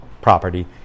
property